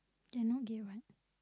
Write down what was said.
they're not gay what